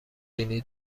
وینی